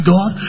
God